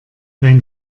dein